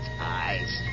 eyes